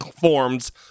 forms